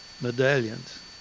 medallions